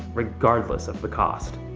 regardless of the cost.